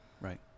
Right